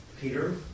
Peter